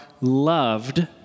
loved